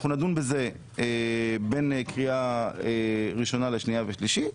אנחנו נדון בזה בין קריאה ראשונה לקריאה שנייה ושלישית.